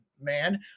man